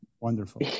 Wonderful